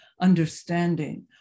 understanding